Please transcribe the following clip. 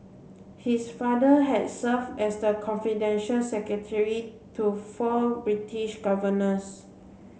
his father had serve as the confidential secretary to four British governors